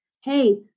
hey